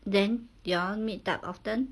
then you all meet up often